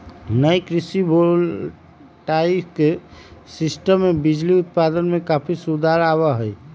नई कृषि voltaic system से बिजली उत्पादन में काफी सुधार आवा हई